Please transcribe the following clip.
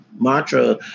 mantra